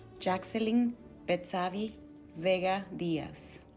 jaxeline betsavi vega diaz